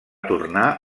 tornar